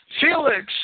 Felix